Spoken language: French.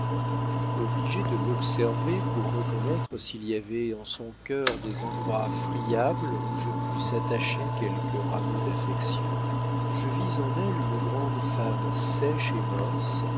obligé de l'observer pour reconnaître s'il y avait en son cœur des endroits friables où je pusse attacher quelques rameaux d'affection je vis en elle une grande femme sèche et mince